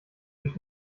durch